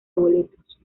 boletos